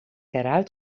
eruit